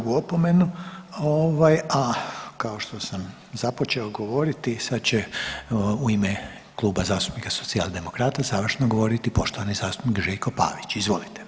Ovaj, 2. opomenu, ovaj, a kao što sam započeo govoriti, sad će u ime Kluba zastupnika socijaldemokrata završno govoriti poštovani zastupnik Željko Pavić, izvolite.